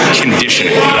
conditioning